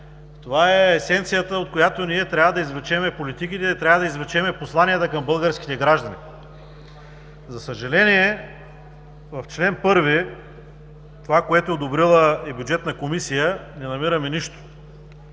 Това е есенцията, от която ние трябва да извлечем политиките, трябва да извлечем посланията към българските граждани. За съжаление в чл. 1 – това, което е одобрила Бюджетната комисия, не намираме нищо.